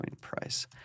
price